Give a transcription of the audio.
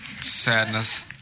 Sadness